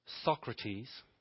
Socrates